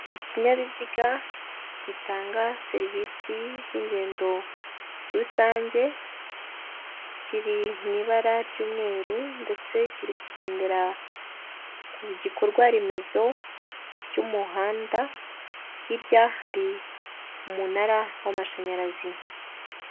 Ikinyabiziga gitanga serivisi z'ingendo rusange kiri mu ibara ry'umweru ndetse kiri kugendera ku gikorwa remezo cy'umuhanda, hirya hari umunara w'amashanyarazi.